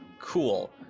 Cool